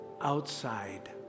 outside